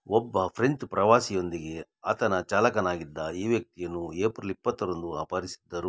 ಒಬ್ಬ ಫ್ರೆಂಚ್ ಪ್ರವಾಸಿಯೊಂದಿಗೆ ಆತನ ಚಾಲಕನಾಗಿದ್ದ ಈ ವ್ಯಕ್ತಿಯನ್ನೂ ಏಪ್ರಿಲ್ ಇಪ್ಪತ್ತರಂದು ಅಪಹರಿಸಿದ್ದರು